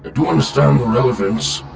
do understand the relevance,